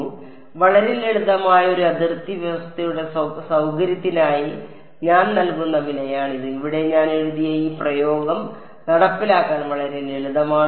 അതിനാൽ വളരെ ലളിതമായ ഒരു അതിർത്തി വ്യവസ്ഥയുടെ സൌകര്യത്തിനായി ഞാൻ നൽകുന്ന വിലയാണിത് ഇവിടെ ഞാൻ എഴുതിയ ഈ പ്രയോഗം നടപ്പിലാക്കാൻ വളരെ ലളിതമാണ്